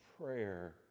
prayer